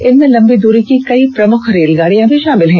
इनमें लंबी दूरी की कई प्रमुख रेलगाडियां भी शामिल हैं